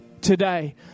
today